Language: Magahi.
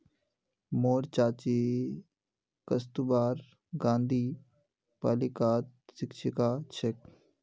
मोर चाची कस्तूरबा गांधी बालिकात शिक्षिका छेक